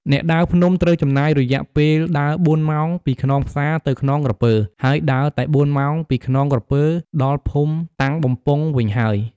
អ្នកដើរភ្នំ ត្រូវចំណាយរយៈពេលដើរ៤ម៉ោងពីខ្នងផ្សាទៅខ្នងក្រពើ ហើយដើរតែ៤ម៉ោងពីខ្នងក្រពើដល់ភូមិតាំងបំពង់វិញហើយ។